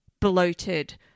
bloated